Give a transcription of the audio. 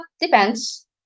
Depends